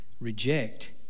reject